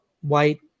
white